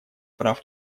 прав